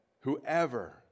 Whoever